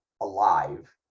alive